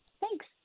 Thanks